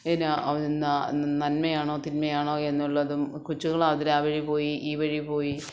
എന്നാ ഒന്ന നന്മയാണോ തിന്മയാണോ എന്നുള്ളതും കൊച്ചുങ്ങൾ അത് അവർ ആ വഴി പോയി ഈ വഴിപോയി